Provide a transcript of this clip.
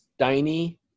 Steiny